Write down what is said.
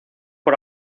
por